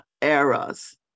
eras